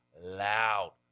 loud